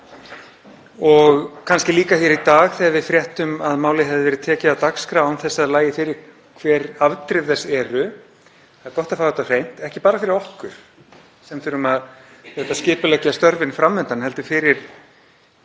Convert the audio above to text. og kannski líka í dag þegar við fréttum að málið hefði verið tekið af dagskrá án þess að það lægi fyrir hver afdrif þess yrðu. Það er gott að fá þetta á hreint, ekki bara fyrir okkur sem þurfum að skipuleggja störfin fram undan heldur fyrir